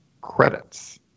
credits